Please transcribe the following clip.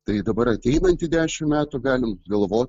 tai dabar ateinantį dešimt metų galim galvot